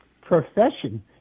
profession